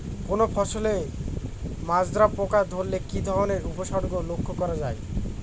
কোনো ফসলে মাজরা পোকা ধরলে কি ধরণের উপসর্গ লক্ষ্য করা যায়?